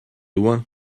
loin